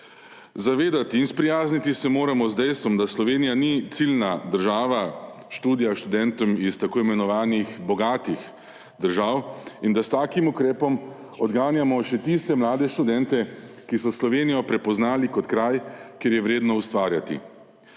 Zavedati in sprijazniti se moramo z dejstvom, da Slovenija ni ciljna država študija študentov iz tako imenovanih bogatih držav in da s takim ukrepom odganjamo še tiste mlade študente, ki so Slovenijo prepoznali kot kraj, kjer je vredno ustvarjati.